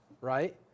right